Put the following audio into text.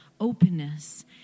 openness